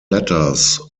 letters